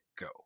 go